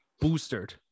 boosted